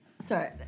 Sorry